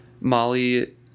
Molly